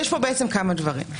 יש פה בעצם כמה דברים.